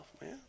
man